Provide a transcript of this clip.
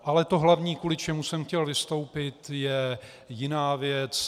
Ale to hlavní, kvůli čemu jsem chtěl vystoupit, je jiná věc.